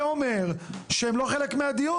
זה אומר שהם לא חלק מהדיון,